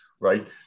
right